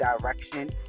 direction